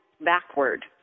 backward